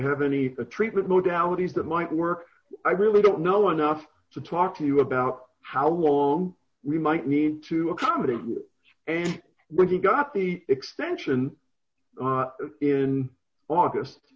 have any treatment modalities that might work i really don't know enough to talk to you about how long we might need to accommodate and when he got the extension in august